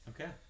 Okay